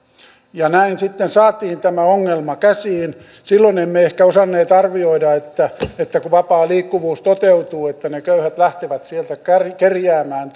näin sitten saatiin tämä ongelma käsiin silloin emme ehkä osanneet arvioida että että kun vapaa liikkuvuus toteutuu ne köyhät lähtevät sieltä kerjäämään